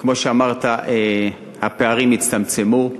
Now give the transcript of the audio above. וכמו שאמרת, הפערים הצטמצמו.